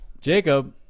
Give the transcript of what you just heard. Jacob